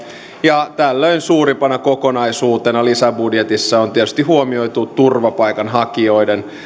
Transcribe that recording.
ja tällöin suurimpana kokonaisuutena lisäbudjetissa on tietysti huomioitu turvapaikanhakijoiden